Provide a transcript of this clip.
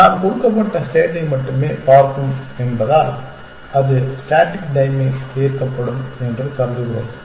நாம் கொடுக்கப்பட்ட ஸ்டேட்டை மட்டுமே பார்க்கும் என்பதால் அது ஸ்டேடிக் டைம்மில் தீர்க்கப்படும் என்று கருதுகிறோம்